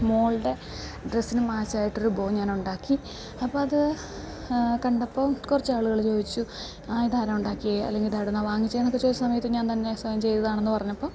മോളുടെ ഡ്രസ്സിനു മാച്ചായിട്ടൊരു ബോ ഞാനുണ്ടാക്കി അപ്പം അത് കണ്ടപ്പോൾ കുറച്ചാളുകൾ ചോദിച്ചു ഇതാരാണ് ഉണ്ടാക്കിയത് അല്ലെങ്കിൽ ഇതെവിടുന്നാണ് വാങ്ങിച്ചതെന്നൊക്കെ ചോദിച്ച സമയത്ത് ഞാൻ തന്നെ സ്വയം ചെയ്തതാണെന്നു പറഞ്ഞപ്പം